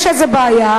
יש איזה בעיה,